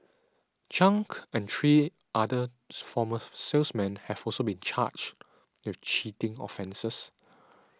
Chung and three other former salesmen have also been charged with cheating offences